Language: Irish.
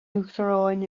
uachtaráin